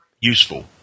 useful